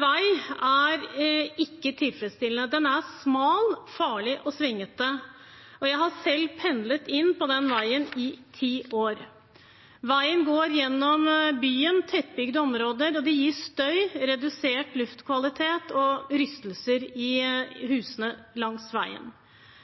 vei er ikke tilfredsstillende. Den er smal, farlig og svingete. Jeg har selv pendlet langs denne veien i ti år. Veien går gjennom byen og gjennom tettbygde områder. Det gir støy, redusert luftkvalitet og rystelser i husene langs veien.